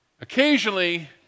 Occasionally